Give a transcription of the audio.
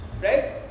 Right